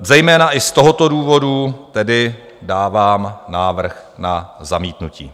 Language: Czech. Zejména i z tohoto důvodu tedy dávám návrh na zamítnutí.